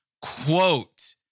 Quote